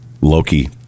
Loki